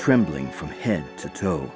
trembling from head to toe